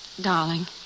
darling